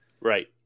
Right